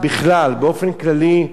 על כל מוצרי המזון,